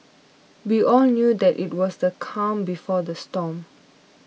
we all knew that it was the calm before the storm